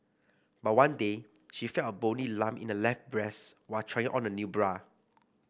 but one day she felt a bony lump in her left breast while trying on a new bra